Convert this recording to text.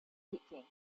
keeping